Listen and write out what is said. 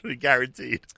guaranteed